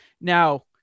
Now